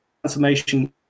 transformation